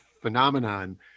phenomenon